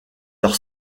leur